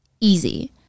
easy